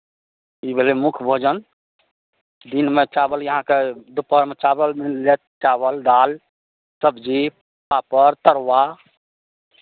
ई भेलै मुख्य भोजन दिनमे चावल अहाँके दुपहरमे चावल मिल जायत चावल दालि सबजी पापड़ तरुआ